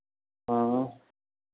हाँ